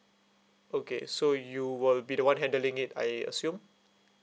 okay so you will be the one handling it I assume